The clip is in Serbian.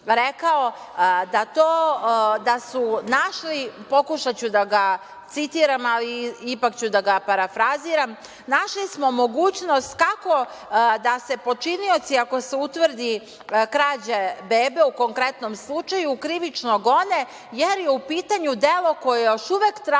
da su našli, pokušaću da ga citiram, ali ipak ću da ga parafraziram – našli smo mogućnost kako da se počinioci, ako se utvrdi krađa bebe u konkretnom slučaju, krivično gone, jer je u pitanju delo koje još uvek traje,